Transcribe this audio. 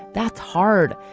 that's hard.